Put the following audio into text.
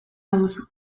baduzu